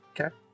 Okay